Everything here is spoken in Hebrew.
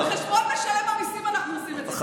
על חשבון משלם המיסים אנחנו עושים את זה.